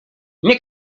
nie